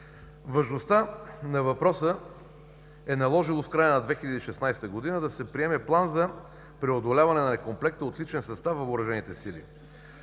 Важността на въпроса е наложило в края на 2016 г. да се приеме план за преодоляване на некомплекта от личен състав във въоръжените сили.